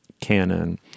canon